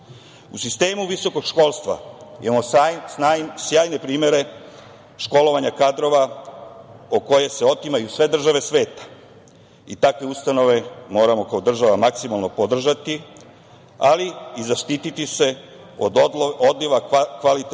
sistemu visokog školstva imamo sjajne primere školovanja kadrova o koje se otimaju sve države sveta i takve ustanove moramo kao država maksimalno podržati ali i zaštiti se od odliva kvalitetnih